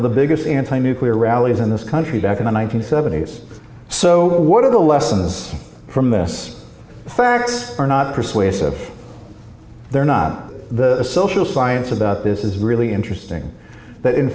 of the biggest anti nuclear rallies in this country back in the one nine hundred seventy s so what are the lessons from this the facts are not persuasive they're not the social science about this is really interesting that in